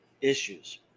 issues